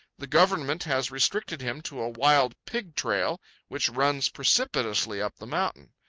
the government has restricted him to a wild-pig trail which runs precipitously up the mountain.